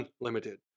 unlimited